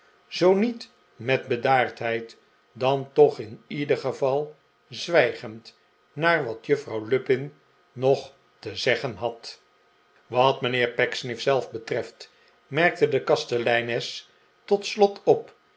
zoo niet met bedaardheid dan toch in ieder geval zwijgend naar wat juffrouw lupin nog te zeggen had wat mijnheer pecksniff zelf betreft merkte de kasteleines tot slot op